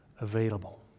available